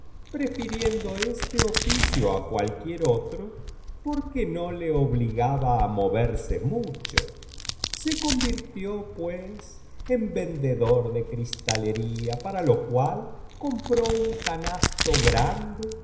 prefiriendo este oficio á cualquier otro porque no le obligaba á mo verse mucho se convirtió pues en vendedor de cristalería para lo cual compró un canasto grande en